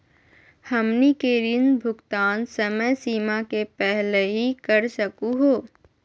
हमनी के ऋण भुगतान समय सीमा के पहलही कर सकू हो?